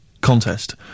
contest